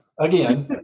again